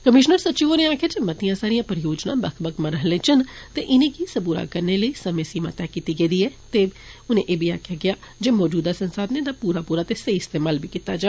commissioner सचिव होरें आक्खेआ जे मतियां सारियां परियोजनां बक्ख बक्ख मरहले च न ते इनेंगी सबूरा करने लेई समें सीमा तय कीती गेदी ऐ ते ऐ बी आक्खेआ गेदा ऐ जे मौजूदा संसाधने दा पूरा पूरा ते सेई इस्तेमाल कीता जा